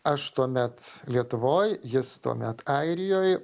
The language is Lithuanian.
aš tuomet lietuvoj jis tuomet airijoj